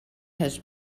his